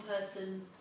person